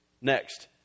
Next